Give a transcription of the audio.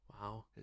wow